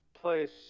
place